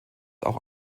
auch